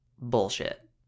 Bullshit